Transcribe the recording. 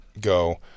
Go